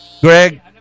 Greg